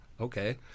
okay